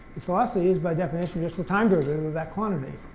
it's velocity is by definition, just a time derivative of that quantity.